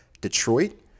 Detroit